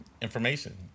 information